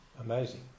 amazing